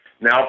Now